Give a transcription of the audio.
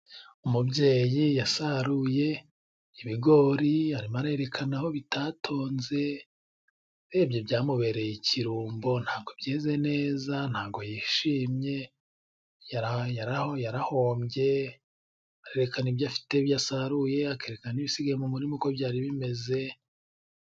Umubyeyi yasaruye ibigori arimo arerekana aho bitatonze, urebye byamubereye ikirumbo, ntabwo byeze neza, ntabwo yishimye, yararahombye, arekana ibyo afite byasaruye, akerekana ibisiga mu murima uko byari bimeze.